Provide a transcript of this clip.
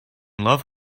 love